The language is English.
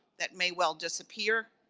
that may well disappear,